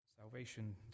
Salvation